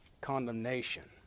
condemnation